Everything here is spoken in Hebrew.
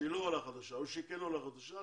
שהיא לא עולה חדשה או שהיא כן עולה חדשה,